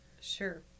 Sure